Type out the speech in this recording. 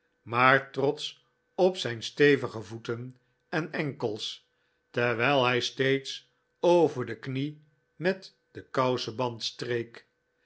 maar trotsch op zijn stevige voeten en enkels terwijl hij steeds over de knie met den kouseband streek